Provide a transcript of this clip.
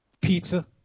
pizza